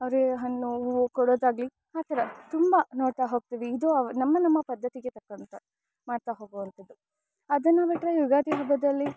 ಅವ್ರಿಗೆ ಹಣ್ಣು ಹೂವು ಕೊಡೋದಾಗಲಿ ಆ ಥರ ತುಂಬ ನೋಡ್ತಾ ಹೋಗ್ತೀವಿ ಇದು ಅವು ನಮ್ಮ ನಮ್ಮ ಪದ್ದತಿಗೆ ತಕ್ಕಂಥ ಮಾಡ್ತಾ ಹೋಗುವಂಥದ್ದು ಅದನ್ನು ಬಿಟ್ಟರೆ ಯುಗಾದಿ ಹಬ್ಬದಲ್ಲಿ